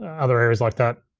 other areas like that,